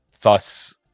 thus